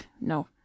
no